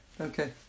Okay